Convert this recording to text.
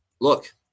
Look